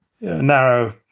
narrow